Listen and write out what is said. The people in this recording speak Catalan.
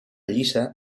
lliça